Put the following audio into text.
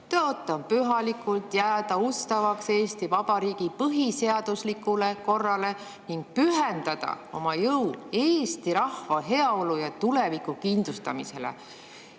"Tõotan pühalikult jääda ustavaks Eesti Vabariigi põhiseaduslikule korrale ning pühendada oma jõu Eesti rahva heaolu ja tuleviku kindlustamisele."